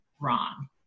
wrong